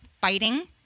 fighting